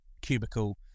cubicle